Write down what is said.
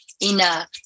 enough